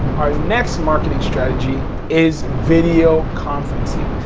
our next marketing strategy is video conferencing.